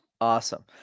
awesome